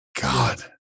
God